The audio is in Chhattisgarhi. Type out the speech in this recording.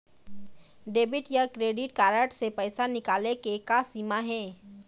डेबिट या क्रेडिट कारड से पैसा निकाले के का सीमा हे?